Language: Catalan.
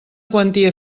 quantia